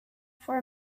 for